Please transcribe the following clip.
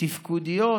תפקודיות,